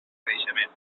creixement